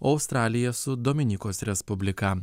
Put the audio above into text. o australija su dominikos respublika